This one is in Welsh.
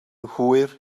hwyr